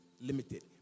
limited